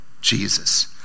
Jesus